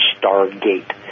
Stargate